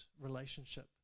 relationship